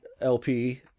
LP